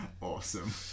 Awesome